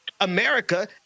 America